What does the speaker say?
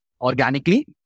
Organically